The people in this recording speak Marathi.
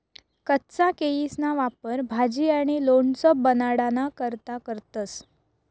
कच्चा केयीसना वापर भाजी आणि लोणचं बनाडाना करता करतंस